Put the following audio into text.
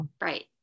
Right